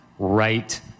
Right